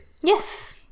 Yes